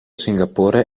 singapore